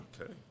Okay